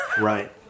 Right